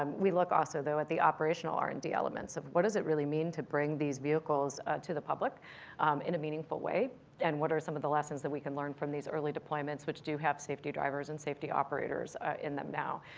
um we look also though at the operational r and d elements, of what does it really mean to bring these vehicles to the public in a meaningful way and what are some of the lessons that we can learn from these early deployments which do have safety drivers and safety operators in them now.